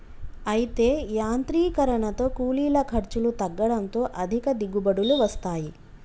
అయితే యాంత్రీకరనతో కూలీల ఖర్చులు తగ్గడంతో అధిక దిగుబడులు వస్తాయి